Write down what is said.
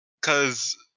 cause